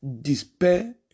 despair